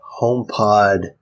HomePod